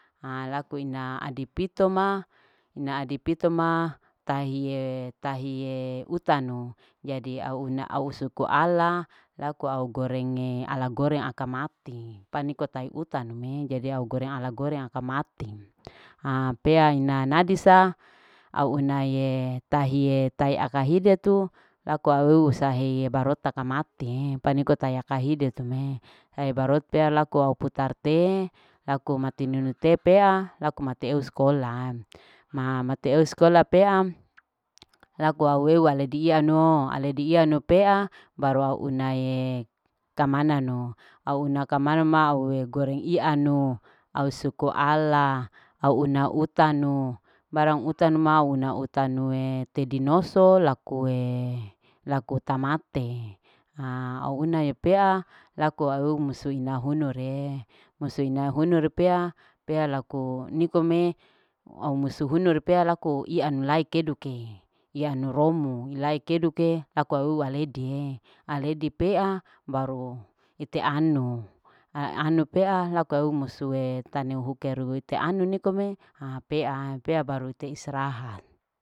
Ha laku ina adipito ma. ina adipito ma tahiye. tahiye utanu jadi au una au suka ala laku au gorenge ala goreng aka mati ha pea ina nadisa au unahe tahiya aka hidetu lako auhu sahe barota taka matie paniko taya kahidu te me ae barota aku ae putar te laku mati nunu te pea. laku matieu sekola ma. mate ou skola pea laku au eu ala diano. ala diiano pea baru au unae kamaananu au una kamanu ma au goreng ianu au duko ala au una utanu bharang utanu ma au una utanue tedinoso lakueee laku tamate haa au unae pea laku au musuu ina hunu re. musuu ina hunu re pea. pea laku hunu pe au musu hunu pea laku ianu ma keduke ianu romo ilai keduke laku aou aledie. aledi pea baru ite anu aanu pea laku au musue tanu huke te anu nikome ha pea. pea baru te istirahat.